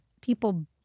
people